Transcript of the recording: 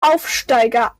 aufsteiger